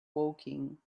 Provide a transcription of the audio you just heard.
woking